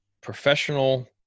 professional